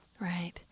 Right